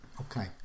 Okay